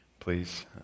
Please